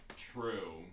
True